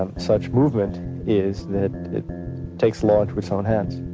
um such movement is that it takes law into its own hands.